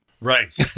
Right